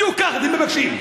בדיוק כך אתם מבקשים,